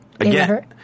Again